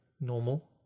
normal